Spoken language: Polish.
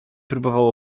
próbował